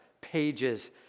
pages